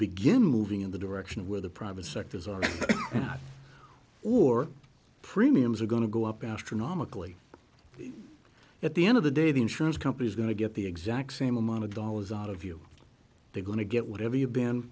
begin moving in the direction of where the private sectors are or premiums are going to go up astronomically at the end of the day the insurance company's going to get the exact same amount of dollars out of you they're going to get whatever you've been